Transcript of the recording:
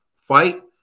fight